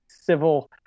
civil